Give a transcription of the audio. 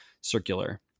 circular